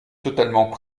totalement